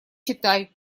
читай